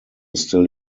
still